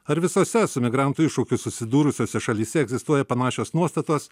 ar visose su migrantų iššūkiu susidūrusiose šalyse egzistuoja panašios nuostatos